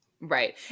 Right